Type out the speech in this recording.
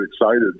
excited